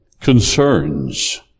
concerns